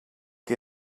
que